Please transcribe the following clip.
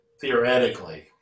theoretically